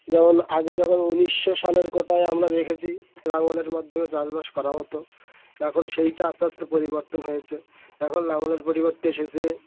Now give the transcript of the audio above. যেমন আগে যখন উনিশশো সালের কোটায় আমরা দেখেছি লাঙলের মাধ্যমে চাষবাস করা হতো এখন সেইটা আস্তে আস্তে পরিবর্তন হয়েছে এখন লাঙলের পরিবর্তে এসেছে